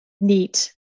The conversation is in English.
neat